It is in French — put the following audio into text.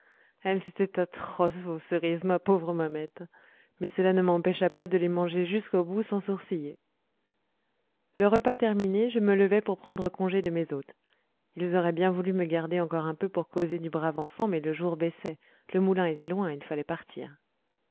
elles étaient atroces vos cerises ma pauvre mamette mais cela ne m'empêcha pas de les manger jusqu'au bout sans sourciller le repas terminé je me levai pour prendre congé de mes hôtes ils auraient bien voulu me garder encore un peu pour causer du brave enfant mais le jour baissait le moulin était loin il fallait partir